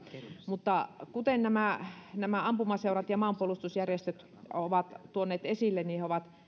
mutta kuten ampumaseurat ja maanpuolustusjärjestöt ovat tuoneet esille he ovat